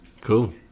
Cool